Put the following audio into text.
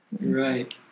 Right